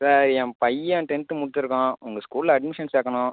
sir என் பையன் tenth முடிச்சிருக்கான் உங்கள் ஸ்கூல்ல அட்மிஷன் சேர்க்கணும்